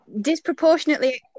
disproportionately